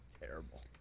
terrible